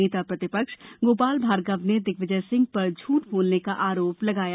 नेता प्रतिपक्ष गोपाल भार्गव ने दिग्विजय सिंह पर झूठ बोलने का आरोप लगाया